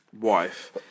wife